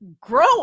grow